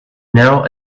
now